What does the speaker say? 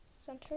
center